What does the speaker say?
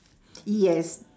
yes